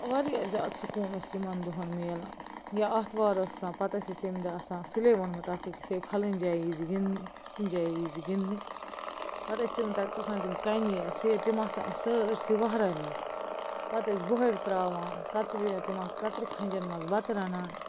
واریاہ زیادٕ سُکوٗن اوس تِمن دۄہن میلان یا آتھوار ٲس آسان پتہٕ ٲسۍ أسۍ تَمہِ دۄہ آسان سُلے ووٚنمُت أکھ أکِس ہے پھلٲنۍ جایہِ ییٖزِ گِنٛدنہِ فِستٲنۍ جایہِ ییٖزِ گنٛدٕنہِ پتہٕ ٲسۍ تِم تَتٮ۪س اوس آسان تِم کَنہِ یا سیرِ تِم آس آسان اَسہِ سٲرۍسٕے وہرایمَہ پتہٕ ٲسۍ بۄہرِ ترٛاوان کترِ تِمن کترِ کھنٛجن منٛز بتہٕ رَنان